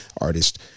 artist